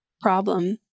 problem